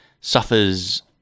suffers